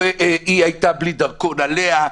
היא הייתה בלי דרכון עליה,